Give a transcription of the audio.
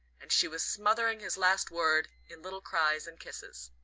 and she was smothering his last word in little cries and kisses.